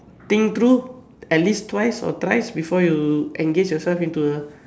think through at least twice or thrice before you engage yourself into a